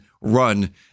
run